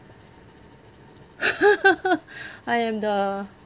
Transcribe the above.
I am the